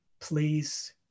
Please